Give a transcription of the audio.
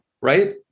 Right